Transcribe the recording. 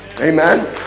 Amen